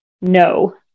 no